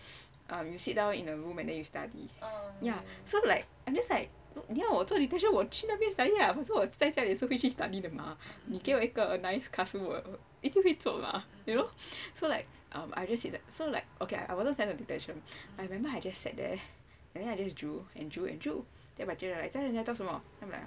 um you sit down in a room and then you study ya so I'm like I'm just like 你要我做 detention 我去那边 study ah 不错因为我在家我也是回去 study 的 mah 你给我一个 nice classroom 我也一定会做 mah you know so like um I just see that so like okay I wasn't sent to detention I remember I just sat there and then I just drew and drew and drew and then my teacher was like jia yan 你在做什么